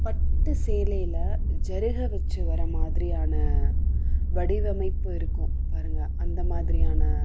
பட்டு சேலையில் ஜரிகை வச்சு வர்ற மாதிரியான வடிவமைப்பு இருக்கும் பாருங்க அந்த மாதிரியான